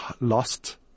lost